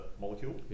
molecule